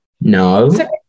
no